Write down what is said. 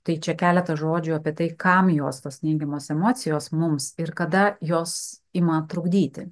tai čia keletą žodžių apie tai kam jos tos neigiamos emocijos mums ir kada jos ima trukdyti